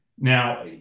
Now